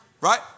Right